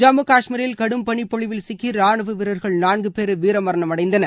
ஜம்மு கஷ்மீரில் கடும்பொழிவில் சிக்கி ராணுவ வீரர்கள் நான்கு பேர் வீரமரணம் அடைந்தனர்